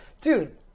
Dude